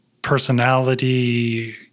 Personality